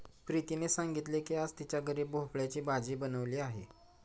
प्रीतीने सांगितले की आज तिच्या घरी भोपळ्याची भाजी बनवली आहे